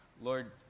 Lord